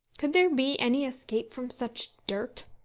could there be any escape from such dirt?